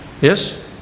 Yes